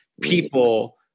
people